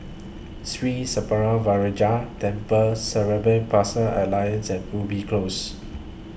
Sri Senpaga Vinayagar Temple Cerebral Palsy Alliance Ubi Close